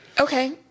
Okay